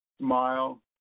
smile